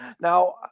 Now